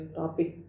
topic